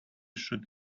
should